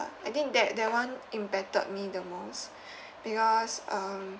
I think that that one impacted me the most because um